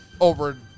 over